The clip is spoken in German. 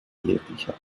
jeglicher